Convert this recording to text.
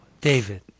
David